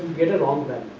get a wrong